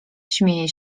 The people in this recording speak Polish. śmieje